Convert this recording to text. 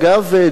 אגב,